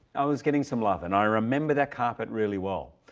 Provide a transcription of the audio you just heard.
i was getting some love, and i remember that carpet really well,